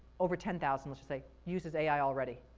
over ten thousand, let's say, uses ai already.